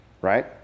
right